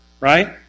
right